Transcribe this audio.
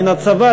מן הצבא,